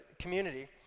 community